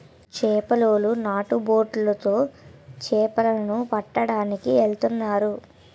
చేపలోలు నాటు బొట్లు తో చేపల ను పట్టడానికి ఎల్తన్నారు